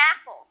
apple